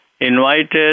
invited